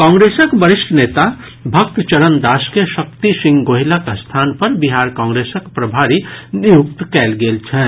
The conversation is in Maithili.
कांग्रेसक वरिष्ठ नेता भक्त चरण दास के शक्ति सिंह गोहिलक स्थान पर बिहार कांग्रेसक प्रभारी नियुक्त कयल गेल छनि